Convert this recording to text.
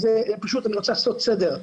פשוט אני רוצה לעשות סדר.